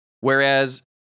Whereas